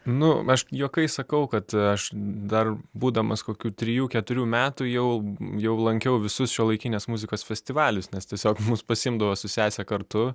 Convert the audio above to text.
nu aš juokais sakau kad aš dar būdamas kokių trijų keturių metų jau jau lankiau visus šiuolaikinės muzikos festivalius nes tiesiog mus pasiimdavo su sese kartu